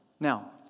Now